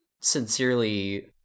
sincerely